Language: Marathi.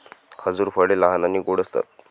खजूर फळे लहान आणि गोड असतात